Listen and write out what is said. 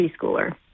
preschooler